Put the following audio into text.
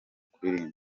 kuririmba